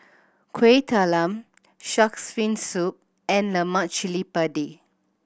Kuih Talam Shark's Fin Soup and lemak cili padi